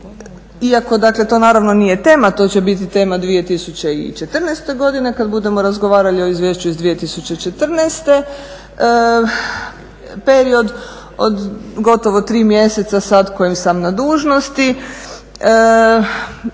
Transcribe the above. dakle to naravno nije tema, to će biti tema 2014. godine kada budemo razgovarali o izvješću iz 2014., period od gotovo 3 mjeseca sad koje sam na dužnosti,